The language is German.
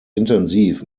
intensiv